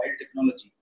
technology